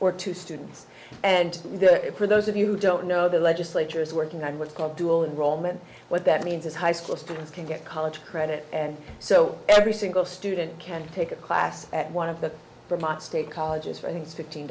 or two students and for those of you who don't know the legislature is working on what's called dual enrollment what that means is high school students can get college credit and so every single student can take a class at one of the remote state colleges for i think fifteen